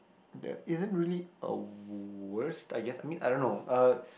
there isn't really a worst I guess I mean I don't know uh